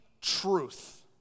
truth